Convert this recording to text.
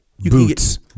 Boots